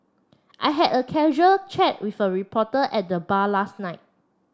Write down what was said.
I had a casual chat with a reporter at the bar last night